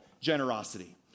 generosity